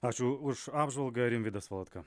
ačiū už apžvalgą rimvydas valatka